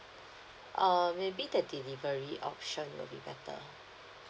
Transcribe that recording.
err maybe the delivery option will be better